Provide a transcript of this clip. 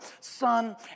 Son